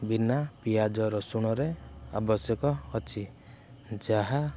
ବିନା ପିଆଜ ରସୁଣରେ ଆବଶ୍ୟକ ଅଛି ଯାହା